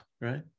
right